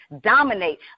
dominate